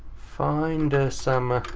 find something